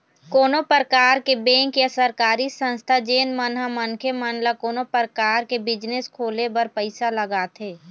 कोनो परकार के बेंक या सरकारी संस्था जेन मन ह मनखे मन ल कोनो परकार के बिजनेस खोले बर पइसा लगाथे